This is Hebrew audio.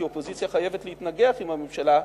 כי אופוזיציה חייבת להתנגח עם הממשלה,